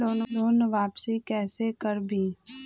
Loan वापसी कैसे करबी?